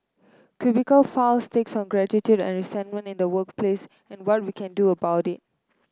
cubicle files takes on gratitude and resentment in the workplace and what we can do about it